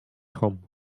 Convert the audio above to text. home